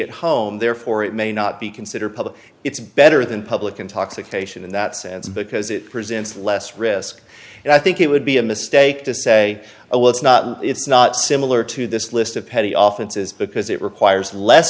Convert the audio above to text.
at home therefore it may not be considered public it's better than public intoxication in that sense because it presents less risk and i think it would be a mistake to say oh well it's not it's not similar to this list of petty offices because it requires less